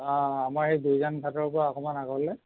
আমাৰ এই গুইজান ঘাটৰ পৰা অকণমান আগলৈ